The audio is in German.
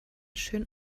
schön